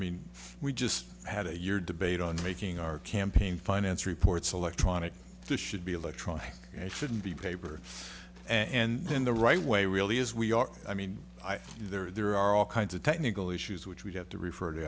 mean we just had a year debate on making our campaign finance reports electronic this should be electronic and shouldn't be paper and then the right way really is we are i mean there are all kinds of technical issues which we have to refer to